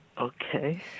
Okay